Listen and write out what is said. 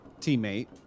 teammate